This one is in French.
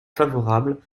favorable